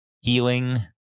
healing